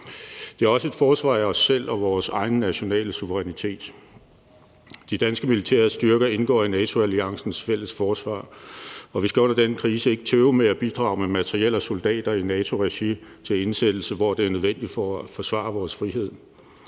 Det er også et forsvar af os selv og vores egen nationale suverænitet. De danske militære styrker indgår i NATO-alliancens fælles forsvar, og vi skal under denne krise ikke tøve med at bidrage med materiel og soldater i NATO-regi til indsættelse, hvor det er nødvendigt for at forsvare vores frihed.